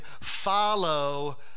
follow